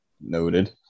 Noted